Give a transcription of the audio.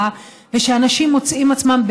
ושאנשים מוצאים את עצמם,